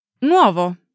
Nuovo